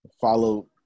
Follow